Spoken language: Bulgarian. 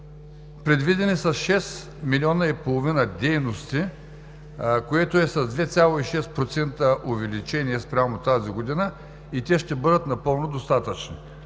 Предвидени са шест милиона и половина, което е с 2,6% увеличение спрямо тази година и те ще бъдат напълно достатъчни.